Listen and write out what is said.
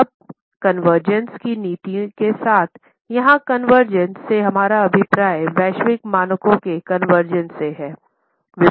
अब कन्वर्जेन्स से है